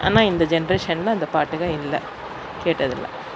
ஆனால் இந்த ஜெனரேஷன்ல அந்த பாட்டுங்க இல்லை கேட்டதில்லை